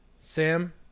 Sam